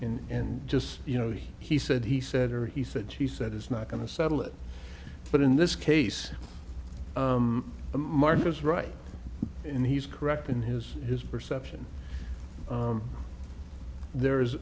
in and just you know he said he said or he said she said it's not going to settle it but in this case mark was right and he's correct in his his perception there